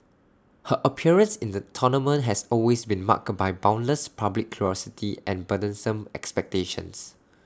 her appearance in the tournament has always been marked by boundless public curiosity and burdensome expectations